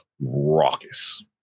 raucous